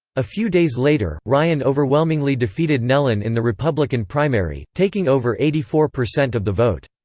a few days later, ryan overwhelmingly defeated nehlen in the republican primary, taking over eighty four percent of the vote.